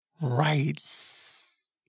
rights